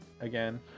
again